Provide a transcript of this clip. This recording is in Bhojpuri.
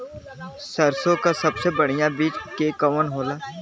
सरसों क सबसे बढ़िया बिज के कवन होला?